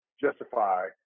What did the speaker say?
justify